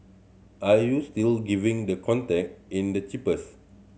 are you still giving the contact in the cheapest